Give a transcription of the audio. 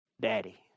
Daddy